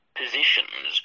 positions